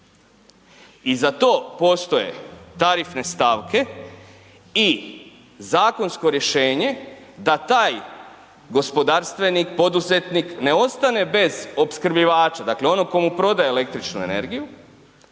I zato postoje tarifne stavke i zakonsko rješenje da taj gospodarstvenik, poduzetnik ne ostane bez opskrbljivača, dakle onom tko mu prodaje električnu energiju